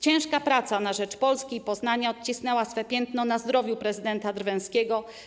Ciężka praca na rzecz Polski i Poznania odcisnęła swe piętno na zdrowiu prezydenta Drwęskiego.